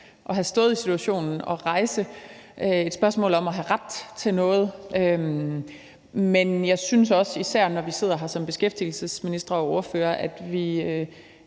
at have stået i situationen at rejse et spørgsmål om at have ret til noget. Men jeg synes også, især når vi sidder her som beskæftigelsesminister og ordførere, at vi